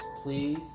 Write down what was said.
Please